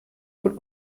wohl